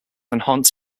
enhanced